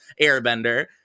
airbender